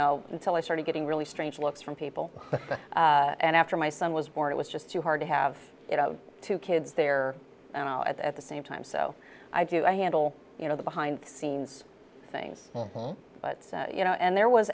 know until i started getting really strange looks from people and after my son was born it was just too hard to have two kids there now at the same time so i do i handle you know the behind the scenes things but you know and there was